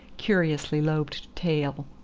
curiously-lobed tail.